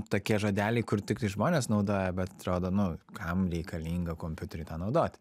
tokie žodeliai kur tiktai žmonės naudoja bet atrodo nu kam reikalinga kompiutery tą naudoti